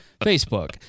Facebook